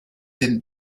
didn’t